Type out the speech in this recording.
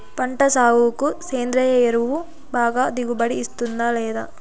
పంట సాగుకు సేంద్రియ ఎరువు బాగా దిగుబడి ఇస్తుందా లేదా